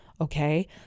Okay